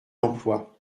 emploi